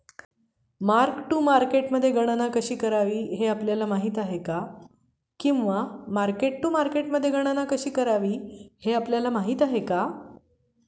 Mark to मार्केटमध्ये गणना कशी करावी हे आपल्याला माहित आहे का?